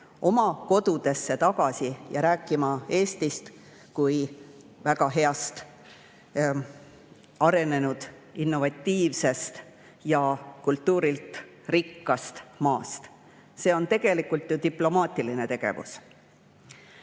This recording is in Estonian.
oma koduriiki tagasi ja rääkima Eestist kui väga heast, arenenud, innovatiivsest ja kultuurilt rikkast maast? See on tegelikult ju diplomaatiline tegevus. Eile